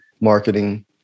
marketing